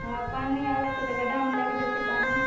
हँ पानि अबै छै तऽ गड्ढामऽ लागि जाय छै पानी